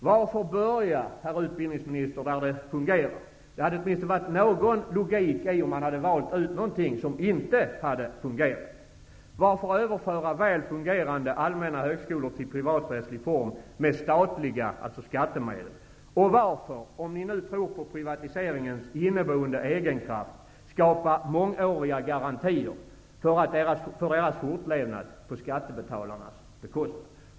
Varför börja, herr utbildningsminister, där det fungerar? Det hade åtminstone varit någon logik i att välja ut någonting som inte hade fungerat. Varför överföra väl fungerande allmänna högskolor till privaträttslig form med statliga medel? Och varför, om ni nu tror på privatiseringens inneboende egenkraft, skapa mångåriga garantier för deras fortlevnad på skattebetalarnas bekostnad?